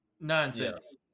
nonsense